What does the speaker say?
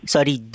Sorry